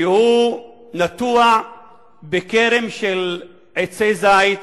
כרם נטוע של עצי זית,